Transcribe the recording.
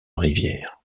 rivière